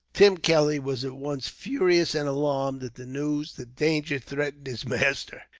tim kelly was at once furious and alarmed, at the news that danger threatened his master,